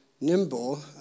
nimble